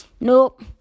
Nope